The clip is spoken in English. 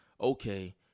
okay